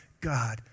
God